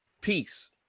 peace